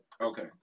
Okay